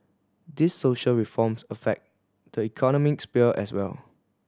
these social reforms affect the economic sphere as well